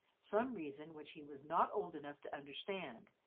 some reason which he was not old enough to understand,